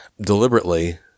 deliberately